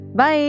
Bye